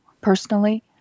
personally